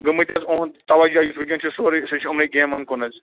گٔمٕتۍ حظ اُہُنٛد تَوَجہ یُس وٕنکٮ۪ن سورٕے سُہ چھِ أمنٕے گیمَن کُن حظ